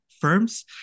firms